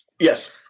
Yes